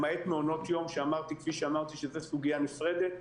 למעט מעונות יום שכפי שאמרתי שזה סוגיה נפרדת.